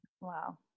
wow